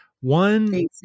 one